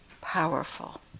powerful